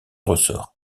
ressort